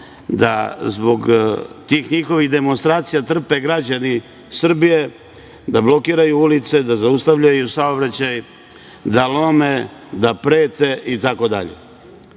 da zbog tih njihovih demonstracija trpe građani Srbije, da blokiraju ulice, da zaustavljaju saobraćaj, da lome, da prete itd. Ne